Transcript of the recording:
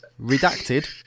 redacted